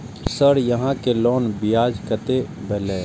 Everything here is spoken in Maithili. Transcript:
सर यहां के लोन ब्याज कतेक भेलेय?